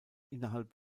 innerhalb